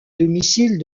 domicile